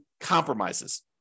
compromises